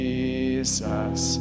Jesus